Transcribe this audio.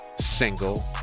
single